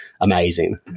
amazing